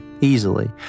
easily